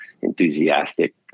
enthusiastic